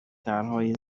طرحهای